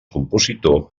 compositor